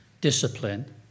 discipline